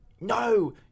no